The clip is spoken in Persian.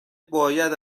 باید